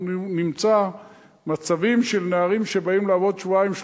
אנחנו נמצא מצבים של נערים שבאים לעבוד שבועיים,